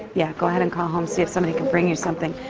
yeah. go ahead and call home. see if somebody can bring you something.